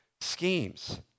schemes